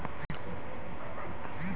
तोहरा प्रधानमंत्री पेन्शन मिल हको ने?